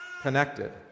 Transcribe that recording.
connected